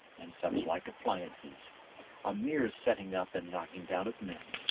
and such-like appliances a mere setting up and knocking down of men.